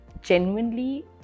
genuinely